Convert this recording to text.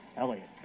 Elliott